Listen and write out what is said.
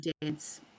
dance